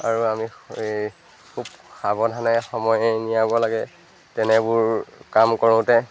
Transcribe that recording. আৰু আমি এই খুব সাৱধানে সময় নিয়াব লাগে তেনেবোৰ কাম কৰোঁতে